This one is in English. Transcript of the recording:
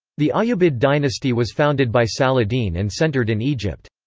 the ayyubid dynasty was founded by saladin and centered in egypt.